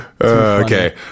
Okay